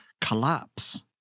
collapse